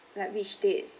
like which date